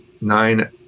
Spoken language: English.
nine